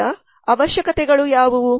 ಈಗ ಅವಶ್ಯಕತೆಗಳು ಯಾವುವು